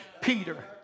Peter